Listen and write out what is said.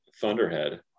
thunderhead